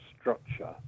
structure